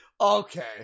Okay